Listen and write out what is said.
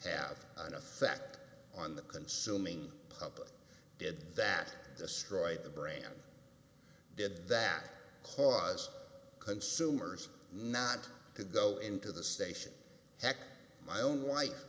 effect on the consuming public did that destroy the brand did that cause consumers not to go into the station heck my own wife